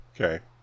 okay